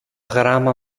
γράμμα